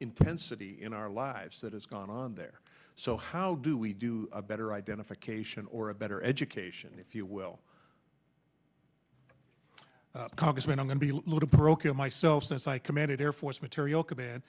intensity in our lives that has gone on there so how do we do a better identification or a better education if you will congressman i'm going to be a little parochial myself since i commanded air force material command